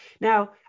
Now